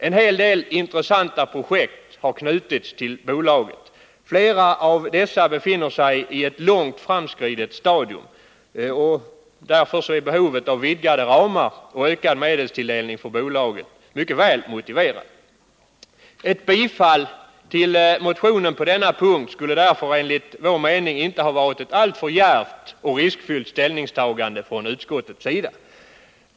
En hel del intressanta projekt har knutits till bolaget. Flera av dessa befinner sig i ett långt framskridet stadium, varför motionens förslag om vidgade ramar och ökad medelstilldelning för bolaget är mycket väl motiverat. Ett bifall till motionen på denna punkt skulle enligt min mening inte ha varit ett alltför djärvt och riskfyllt ställningstagande från utskottets sida.